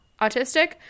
autistic